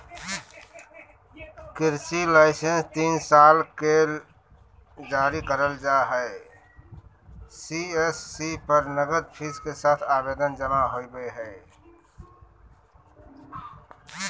कृषि लाइसेंस तीन साल के ले जारी करल जा हई सी.एस.सी पर नगद फीस के साथ आवेदन जमा होवई हई